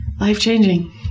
life-changing